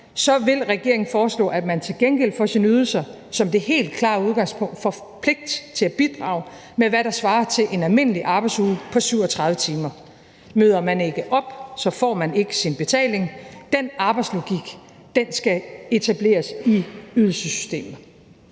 vil regeringen foreslå, at man til gengæld for sine ydelser som det helt klare udgangspunkt får pligt til at bidrage med, hvad der svarer til en almindelig arbejdsuge på 37 timer. Møder man ikke op, får man ikke sin betaling. Den arbejdslogik skal etableres i ydelsessystemet.